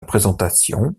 présentation